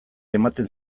ematen